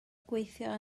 gweithio